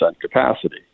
capacity